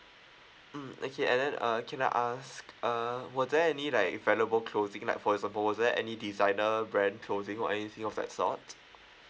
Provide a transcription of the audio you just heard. mm okay and then uh can I ask err were there any like valuable clothing like for example was there any designer brand clothing or anything of that sort